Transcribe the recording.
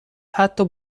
حتا